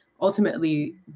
ultimately